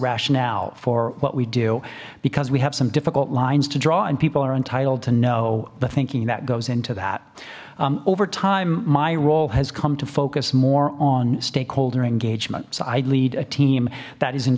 rationale for what we do because we have some difficult lines to draw and people are entitled to know the thinking that goes into that over time my role has come to focus more on stakeholder engagement side lead a team that is in